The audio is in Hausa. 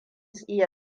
iya